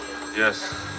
Yes